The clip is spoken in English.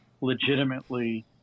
legitimately